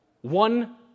one